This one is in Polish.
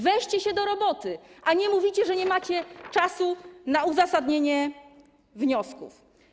Weźcie się do roboty, a nie mówcie, że nie macie czasu na uzasadnienie wniosków.